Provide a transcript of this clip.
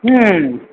ம்